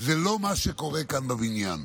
זה לא מה שקורה כאן בבניין.